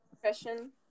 question